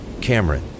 Cameron